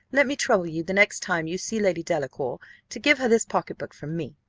let me trouble you the next time you see lady delacour to give her this pocket-book from me.